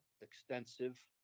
extensive